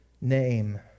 name